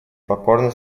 покорно